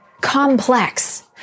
complex